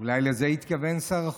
אולי לזה התכוון שר החוץ.